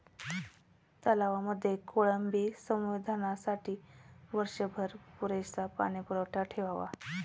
तलावांमध्ये कोळंबी संवर्धनासाठी वर्षभर पुरेसा पाणीसाठा ठेवावा